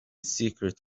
secret